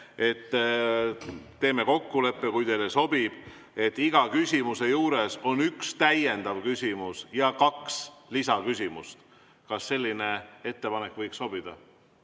teeme kokkuleppe, kui teile sobib, et iga küsimuse juures on üks täiendav küsimus ja kaks lisaküsimust. Kas selline ettepanek võiks sobida?